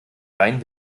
rein